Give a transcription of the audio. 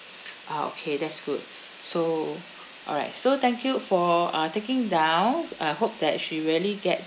ah okay that's good so alright so thank you for uh taking down I hope that she really get